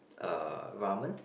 uh ramen